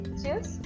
cheers